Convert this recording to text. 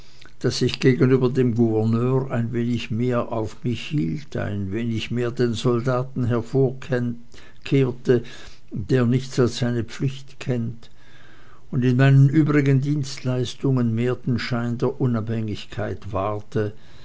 daß ich gegenüber dem gouverneur ein wenig mehr auf mich hielt ein wenig mehr den soldaten hervorkehrte der nichts als seine pflicht kennt und in meinen übrigen dienstleistungen mehr den schein der unabhängigkeit wahrte